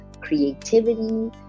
creativity